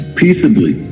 peaceably